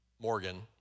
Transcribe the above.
Morgan